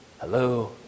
Hello